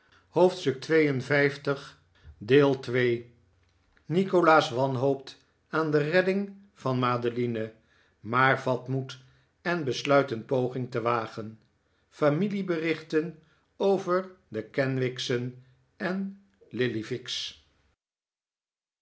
hoofdstuk lii nikolaas wanhoopt aan de redding van madeline maar vat moed en besluit een poging te wagen familieberichten over de kenwigs'en en